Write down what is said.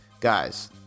Guys